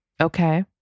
Okay